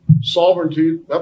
sovereignty